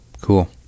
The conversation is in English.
Cool